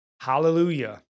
Hallelujah